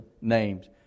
names